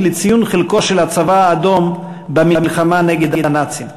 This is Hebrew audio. לציון חלקו של הצבא האדום במלחמה נגד הנאצים.